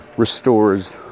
Restores